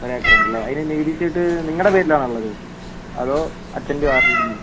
ഒരു ഏക്കർ ഉണ്ടല്ലേ അതിൻ്റെ നികുതി ചീട്ട് നിങ്ങളുടെ പേരിലാണോ ഉള്ളത് അതോ അച്ഛൻ്റെയോ ആരുടേലും പേരിലാണോ